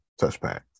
touchpad